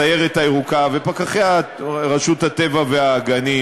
הסיירת הירוקה ופקחי רשות הטבע והגנים,